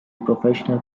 professional